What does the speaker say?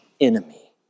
enemy